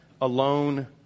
alone